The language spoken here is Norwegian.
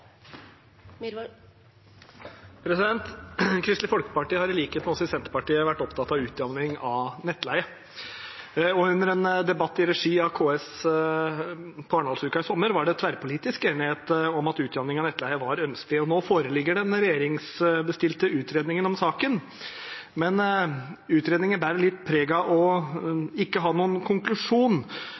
Senterpartiet vært opptatt av utjamning av nettleie, og under en debatt i regi av KS på Arendalsuka i sommer var det tverrpolitisk enighet om at utjamning av nettleie var ønskelig, og nå foreligger den regjeringsbestilte utredningen om saken. Men utredningen bærer litt preg av ikke å ha noen konklusjon.